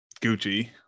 Gucci